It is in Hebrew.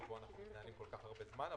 שבו אנחנו מתנהלים לפיו כל כך הרבה זמן.